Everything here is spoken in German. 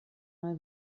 mal